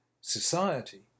Society